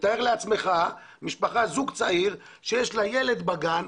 תאר לעצמך זוג צעיר שיש לה ילד בגן,